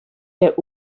der